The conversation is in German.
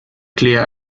claire